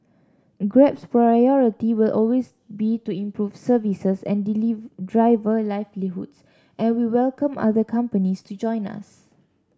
Grab's priority will always be to improve services and driver livelihoods and we welcome other companies to join us